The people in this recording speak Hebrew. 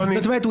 זאת אומרת,